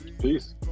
Peace